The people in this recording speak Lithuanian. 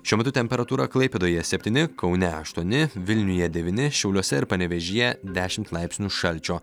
šiuo metu temperatūra klaipėdoje septyni kaune aštuoni vilniuje devyni šiauliuose ir panevėžyje dešimt laipsnių šalčio